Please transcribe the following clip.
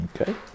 okay